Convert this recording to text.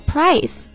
Price